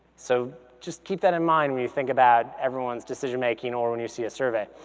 so just keep that in mind when you think about everyone's decision making or when you see a survey.